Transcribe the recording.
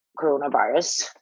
coronavirus